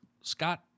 Scott